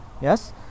Yes